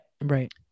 Right